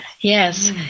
yes